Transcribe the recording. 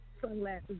sunglasses